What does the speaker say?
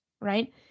right